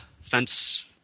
fence